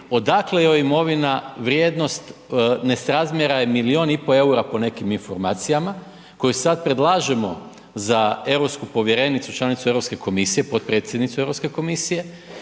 odakle joj imovina vrijednost nesrazmjera je milijun i pol eura po nekim informacijama koje sad predlažemo za europsku povjerenicu, članicu Europske komisije, potpredsjednicu Europske komisije